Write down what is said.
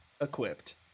equipped